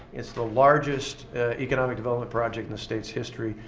it's the largest economic development project in the state's history,